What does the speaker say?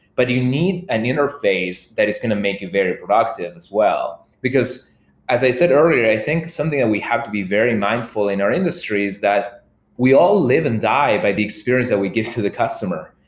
but you need an interface that is going to make you very productive as well. because as i said earlier, i think something that we have to be very mindful in our industry is that we all live and die by the experience that we give to the customer,